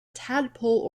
tadpole